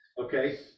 Okay